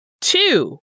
Two